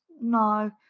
no